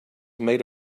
made